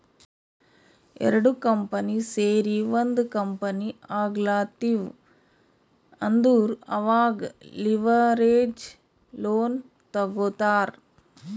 ಎರಡು ಕಂಪನಿ ಸೇರಿ ಒಂದ್ ಕಂಪನಿ ಆಗ್ಲತಿವ್ ಅಂದುರ್ ಅವಾಗ್ ಲಿವರೇಜ್ ಲೋನ್ ತಗೋತ್ತಾರ್